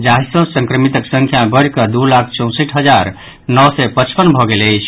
जाहि सँ संक्रमितक संख्या बढ़िकऽ दू लाख चौंसठि हजार नओ सय पचपन भऽ गेल अछि